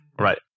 right